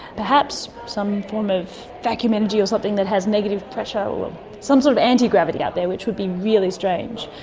perhaps some form of vacuum energy or something that has negative pressure or some sort of antigravity out there, which would be really strange.